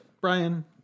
Brian